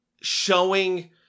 showing